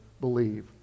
believe